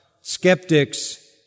skeptics